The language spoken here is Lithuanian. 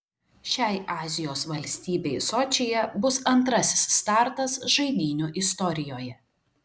šiai azijos valstybei sočyje bus antrasis startas žaidynių istorijoje